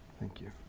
thank you.